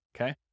okay